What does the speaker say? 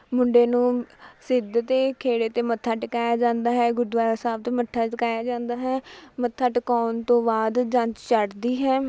ਮੁੰਡੇ ਨੂੰ ਸਿੱਧ ਦੇ ਖੇੜੇ 'ਤੇ ਮੱਥਾ ਟੇਕਾਇਆ ਜਾਂਦਾ ਹੈ ਗੁਰਦੁਆਰਾ ਸਾਹਿਬ ਤੋਂ ਮੱਥਾ ਟੇਕਾਇਆ ਜਾਂਦਾ ਹੈ ਮੱਥਾ ਟੇਕਾਉਣ ਤੋਂ ਬਾਅਦ ਜੰਝ ਚੜ੍ਹਦੀ ਹੈ